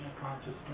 consciousness